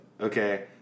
okay